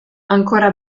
ancora